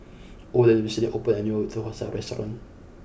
Olen recently opened a new Thosai restaurant